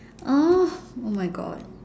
uh oh my god